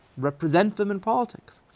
represent them in politics.